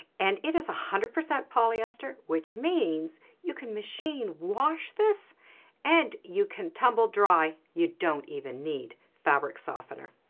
and it is a hundred percent polyester which means you can machine wash this and you can tumble dry. you don't even need fabric softener.